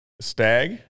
Stag